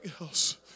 else